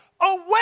Away